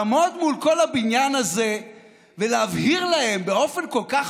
לעמוד מול כל הבניין הזה ולהבהיר להם באופן כל כך